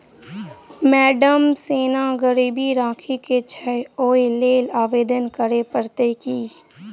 Madam सोना गिरबी राखि केँ छैय ओई लेल आवेदन करै परतै की?